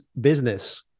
business